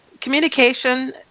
communication